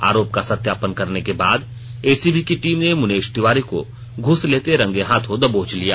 आरोप का सत्यापन करने के बाद एसीबी की टीम ने मुनेश तिवारी को घूस लेते रंगेहाथों दबोच लिया